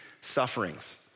sufferings